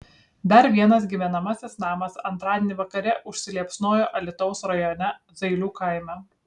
dar vienas gyvenamasis namas antradienį vakare užsiliepsnojo alytaus rajone zailių kaime